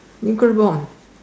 nuclear bomb